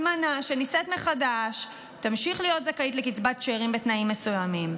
אלמנה שנישאת מחדש תמשיך להיות זכאית לקצבת שאירים בתנאים מסוימים.